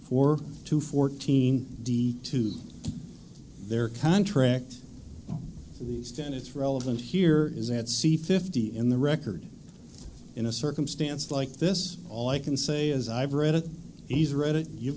for two fourteen d to their contract at least and it's relevant here is that c fifty in the record in a circumstance like this all i can say is i've read it he's read it you've